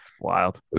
Wild